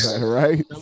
right